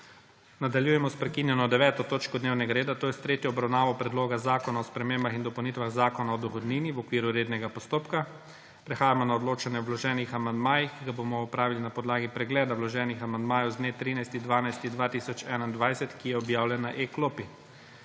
Nadaljujemo sprekinjeno 9. točko dnevnega reda, to je s tretjo obravnavo Predloga zakona o spremembah in dopolnitvah Zakona o dohodnini v okviru rednega postopka. Prehajamo na odločanje o vloženih amandmajih, ki ga bomo opravili na podlagi pregleda vloženih amandmajev z dne 13. 12. 2021, ki je objavljen na e-klopi.